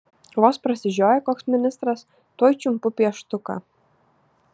vos prasižioja koks ministras tuoj čiumpu pieštuką